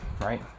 right